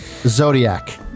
Zodiac